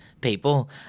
people